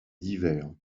divers